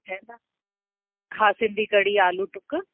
ठवंदा हा सिंधी कढ़ी आलू टुक